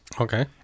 Okay